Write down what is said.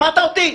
שמעת אותי?